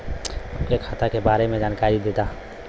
हमके खाता के बारे में जानकारी देदा?